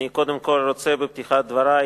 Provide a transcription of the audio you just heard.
אני קודם כול רוצה בפתיחת דברי,